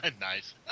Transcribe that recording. Nice